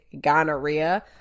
gonorrhea